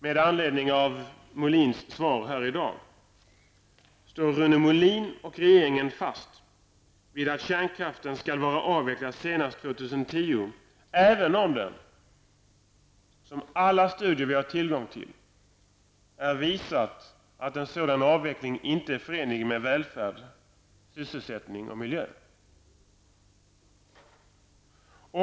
Med anledning av Molins svar i dag måste frågan ställas: Står Rune Molin och regeringen fast vid att kärnkraften skall vara avvecklad senast 2010 även om den, som alla studier vi har tillgång till visar, inte är förenlig med välfärd, sysselsättning och miljö?